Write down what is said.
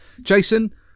Jason